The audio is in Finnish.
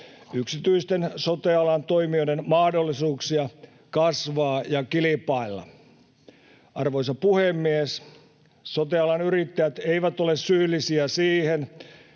yksityisten sote-alan toimijoiden mahdollisuuksia kasvaa ja kilpailla. Arvoisa puhemies! Sote-alan yrittäjät eivät ole syyllisiä siihen,